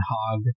hog